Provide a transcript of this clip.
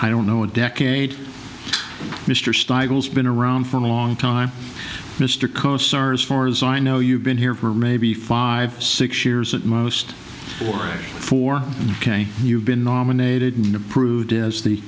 i don't know a decade mr stiles been around for a long time mr costars far as i know you've been here for maybe five six years at most or for ok you've been nominated and approved as the